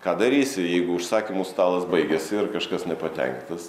ką darysi jeigu užsakymų stalas baigiasi ir kažkas nepatenkintas